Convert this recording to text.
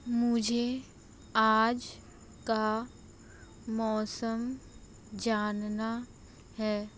मुझे आज का मौसम जानना है